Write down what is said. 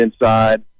inside